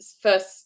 first